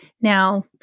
Now